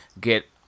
get